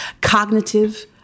cognitive